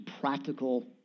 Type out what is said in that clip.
practical